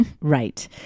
Right